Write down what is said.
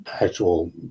actual